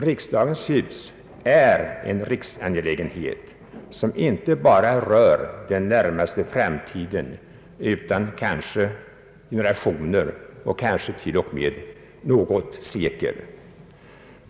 Riksdagens hus är en riksangelägenhet, som inte bara rör den närmaste framtiden utan generationer och kanske t.o.m. något sekel.